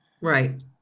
Right